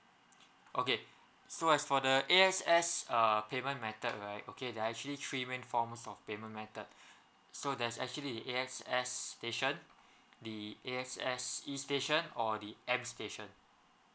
okay so as for the A S X uh payment method right okay there are actually three main forms of payment method so there's actually A S X station the A S X E station or the M station